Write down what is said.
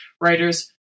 writers